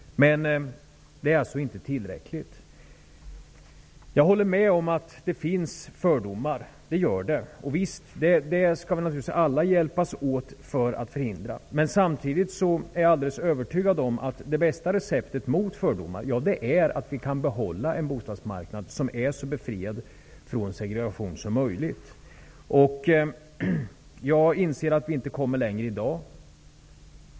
Men det är alltså inte tillräckligt. Jag håller med om att det finns fördomar. Det gör det. Vi skall naturligtvis alla hjälpas åt för att förhindra fördomar. Men samtidigt är jag alldeles övertygad om att det bästa receptet mot fördomar är att vi kan behålla en bostadsmarknad som är så befriad från segregation som möjligt. Jag inser att vi inte kommer längre i dag.